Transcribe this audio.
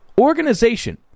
organization